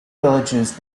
villages